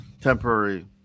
temporary